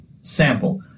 sample